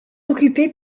occupée